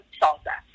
salsa